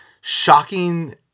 shocking